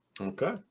Okay